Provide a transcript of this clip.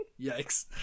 Yikes